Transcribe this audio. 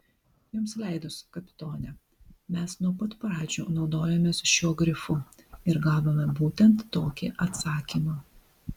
jums leidus kapitone mes nuo pat pradžių naudojomės šiuo grifu ir gavome būtent tokį atsakymą